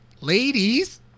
Ladies